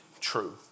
true